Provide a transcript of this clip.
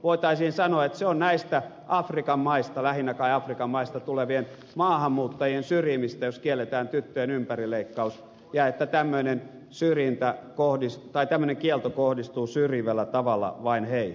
voitaisiin sanoa että se on näistä afrikan maista lähinnä kai afrikan maista tulevien maahanmuuttajien syrjimistä jos kielletään tyttöjen ympärileikkaus ja että tämmöinen kielto kohdistuu syrjivällä tavalla vain heihin